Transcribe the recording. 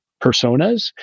personas